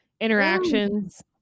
interactions